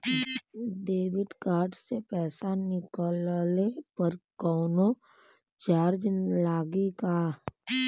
Debit card से पैसा निकलले पर कौनो चार्ज लागि का?